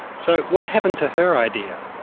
so what happened to her idea?